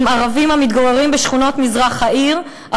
הם ערבים המתגוררים בשכונות מזרח העיר,